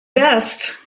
best